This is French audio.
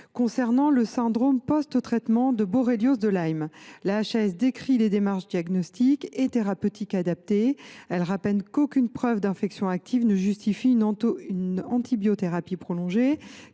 concerne le syndrome post traitement de la borréliose de Lyme, la HAS décrit les démarches diagnostiques et thérapeutiques adaptées. Elle rappelle qu’aucune preuve d’infection active ne justifie une antibiothérapie prolongée,